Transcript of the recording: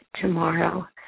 tomorrow